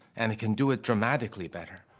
and it can do it dramatically better.